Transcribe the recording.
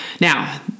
Now